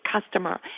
customer